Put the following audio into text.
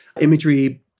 imagery